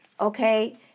okay